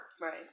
Right